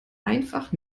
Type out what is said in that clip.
einfach